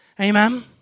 Amen